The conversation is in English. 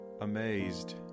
amazed